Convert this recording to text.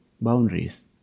boundaries